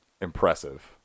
impressive